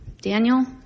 Daniel